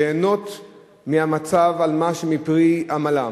ליהנות מהמצב, מפרי עמלם,